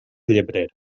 llebrer